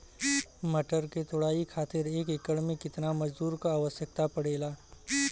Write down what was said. मटर क तोड़ाई खातीर एक एकड़ में कितना मजदूर क आवश्यकता पड़ेला?